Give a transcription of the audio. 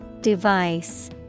Device